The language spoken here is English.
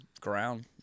ground